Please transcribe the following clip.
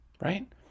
right